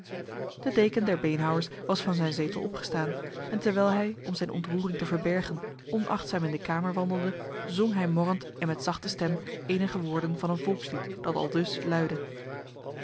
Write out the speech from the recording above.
de deken der beenhouwers was van zijn zetel opgestaan en terwijl hij om zijn ontroering te verbergen onachtzaam in de kamer wandelde zong hij morrend en met zachte stem enige woorden van een volkslied dat aldus luidde